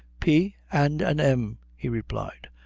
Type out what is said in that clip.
p. and an m, he replied,